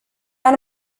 ani